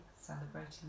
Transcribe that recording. celebrating